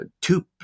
two